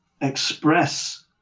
express